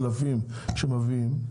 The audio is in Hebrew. חלפים שמביאים,